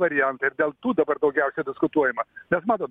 variantai ir dėl tų dabar daugiausia diskutuojama bet matot